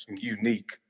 unique